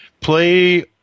play